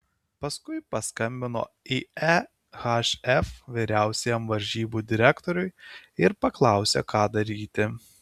paskui paskambino į ehf vyriausiajam varžybų direktoriui ir paklausė ką daryti